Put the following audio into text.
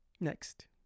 next